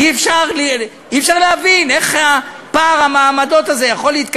מתוך חשש שצדדים שלישיים עלולים להיפגע